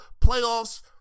playoffs